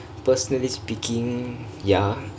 personally speakingk ya